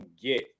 get